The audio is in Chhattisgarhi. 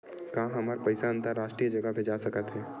का हमर पईसा अंतरराष्ट्रीय जगह भेजा सकत हे?